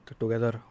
together